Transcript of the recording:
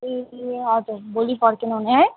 ए हजुर भोलि फर्किनु हुने है